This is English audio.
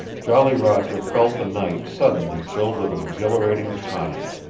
jolly roger felt the night suddenly filled with an exhilarating tonic.